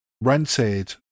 rented